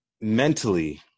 mentally-